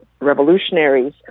revolutionaries